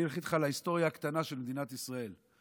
אני אלך איתך להיסטוריה הקטנה של מדינת ישראל.